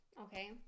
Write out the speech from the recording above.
okay